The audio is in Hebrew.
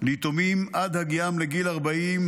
ליתומים עד הגיעם לגיל 40,